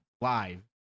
live